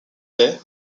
bai